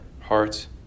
hearts